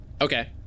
Okay